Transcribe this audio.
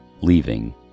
leaving